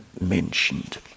mentioned